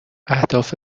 اهداف